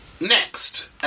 Next